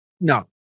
No